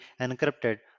encrypted